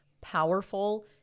powerful